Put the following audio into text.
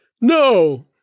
No